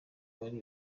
wari